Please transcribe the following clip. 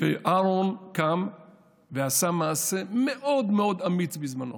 אהרן קם ועשה מעשה מאוד מאוד אמיץ בזמנו,